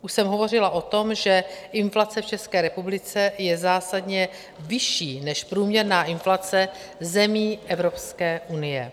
Už jsem hovořila o tom, že inflace v České republice je zásadně vyšší než průměrná inflace v zemích Evropské unie.